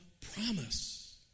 promise